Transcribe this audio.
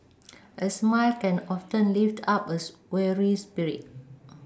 a smile can often lift up a weary spirit